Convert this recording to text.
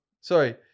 sorry